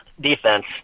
defense